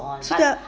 so that